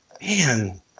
Man